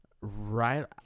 right